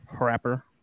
wrapper